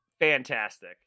fantastic